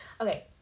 Okay